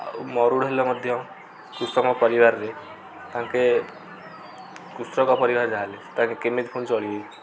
ଆଉ ମରୁଡ଼ି ହେଲେ ମଧ୍ୟ କୃଷକଙ୍କ ପରିବାରରେ ତାଙ୍କେ କୃଷକ ପରିବାର ଯାହେଲେ ତାଙ୍କେ କେମିତି ପୁଣି ଚଳିବେ